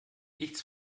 nichts